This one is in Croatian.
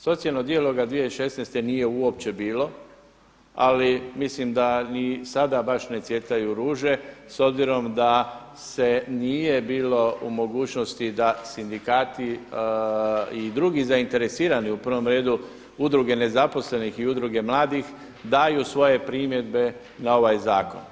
Socijalnog dijaloga 2016. nije uopće bilo, ali mislim da ni sada baš ne cvjetaju ruže s obzirom da se nije bilo u mogućnosti da sindikati i drugi zainteresirani u prvom redu udruge nezaposlenih i udruge mladih daju svoje primjedbe na ovaj zakon.